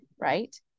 right